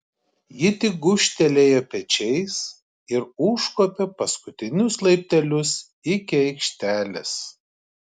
ji tik gūžtelėjo pečiais ir užkopė paskutinius laiptelius iki aikštelės